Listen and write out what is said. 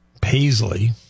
Paisley